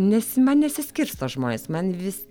nes man nesiskirsto žmonės man vis